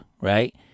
right